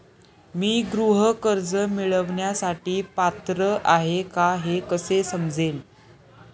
मी गृह कर्ज मिळवण्यासाठी पात्र आहे का हे कसे समजेल?